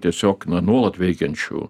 tiesiog na nuolat veikiančių